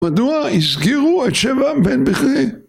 מדוע הסגירו את שבע בן בכרי?